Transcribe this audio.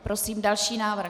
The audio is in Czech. Prosím další návrh.